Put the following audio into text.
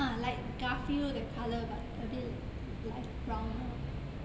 ah like garfield that colour but a bit like browner